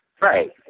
Right